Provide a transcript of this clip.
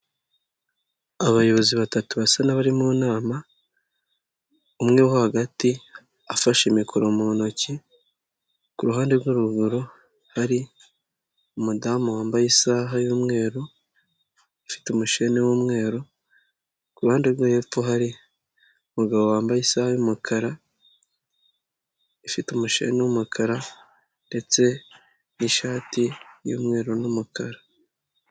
Abayobozi batatu basa n'abari mu nama, umwe wo hagati afashe mikoro mu ntoki, ku ruhande rwo ruguru hari umudamu wambaye isaha y'umweru, ufite umushene w'umweru, ku ruhande rwo hepfo hari umugabo wambaye isaha y'umukara ifite umushene w'umukara ndetse n'ishati y'umweru n'umukara.